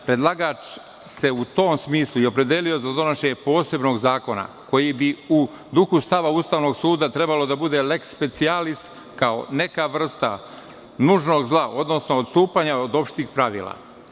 Predlagač se u tom smislu i opredelio za donošenje posebnog zakona koji bi u duhu stava Ustavnog suda trebalo da bude „lex specialis“ kao neka vrsta nužnog zla, odnosno odstupanja od opštih pravila.